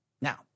Now